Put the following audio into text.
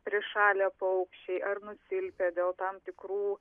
prišalę paukščiai ar nusilpę dėl tam tikrų